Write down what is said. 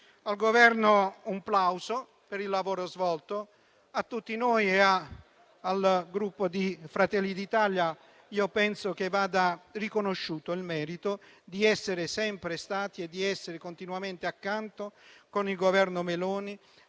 va quindi un plauso per il lavoro svolto. A tutti noi e al Gruppo Fratelli d'Italia penso vada riconosciuto il merito di essere sempre stati e di essere continuamente accanto, con il Governo Meloni,